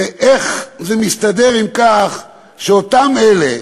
ואיך זה מסתדר עם כך שאותם אלה,